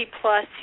plus